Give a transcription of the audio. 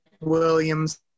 Williams